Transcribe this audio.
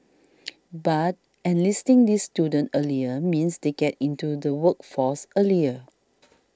but enlisting these students earlier means they get into the workforce earlier